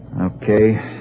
Okay